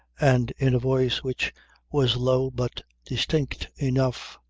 and in a voice which was low but distinct enough,